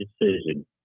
decision